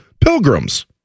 Pilgrims